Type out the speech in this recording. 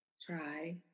try